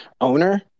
owner